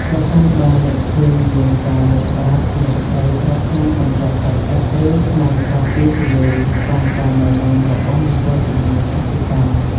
ប្រសិនបើអ្នកឃើញមានការរាតត្បាតអ្នកត្រូវប្រើថ្នាំកម្ចាត់សត្វល្អិត ឬ ថ្នាំការពារជំងឺ តាមការណែនាំរបស់មន្ត្រីជំនាញកសិកម្ម។